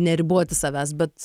neriboti savęs bet